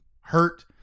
hurt